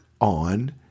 on